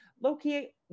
Loki